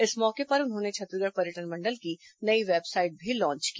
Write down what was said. इस मौके पर उन्होंने छत्तीसगढ़ पर्यटन मंडल की नई वेबसाइट भी लॉन्च की